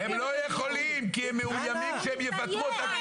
הם לא יכולים כי הם מאוימים שהם יפטרו אותם,